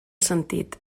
sentit